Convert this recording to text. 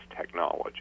technology